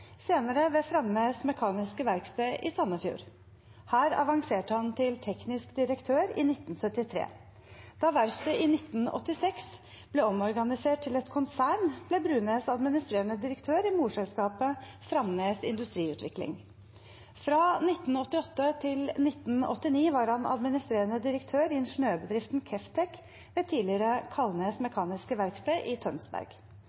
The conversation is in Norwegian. senere ved Framnæs Mekaniske Værksted i Sandefjord. Her avanserte han til teknisk direktør i 1973. Da verftet i 1986 ble omorganisert til et konsern, ble Brunæs administrerende direktør i morselskapet Framnæs Industriutvikling. Fra 1988 til 1989 var han administrerende direktør i ingeniørbedriften Keftech ved tidligere